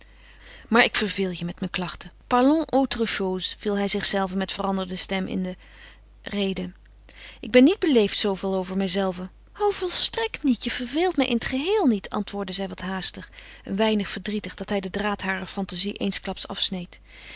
maar ik verveel je met mijn klachten parlons autre chose viel hij zichzelven met veranderde stem in de rede ik ben niet beleefd zooveel over mijzelven o volstrekt niet je verveelt mij in het geheel niet antwoordde zij wat haastig een weinig verdrietig dat hij den draad harer fantasie eensklaps afsneed